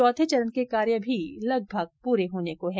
चौथे चरण के कार्य भी लगभग पूरे होने को है